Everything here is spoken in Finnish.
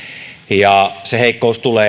ja se heikkous tulee